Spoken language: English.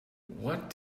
what